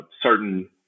certain